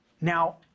Now